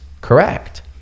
correct